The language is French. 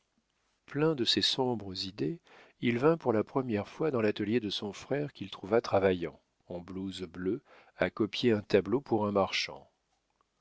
plein de ces sombres idées il vint pour la première fois dans l'atelier de son frère qu'il trouva travaillant en blouse bleue à copier un tableau pour un marchand